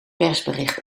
persbericht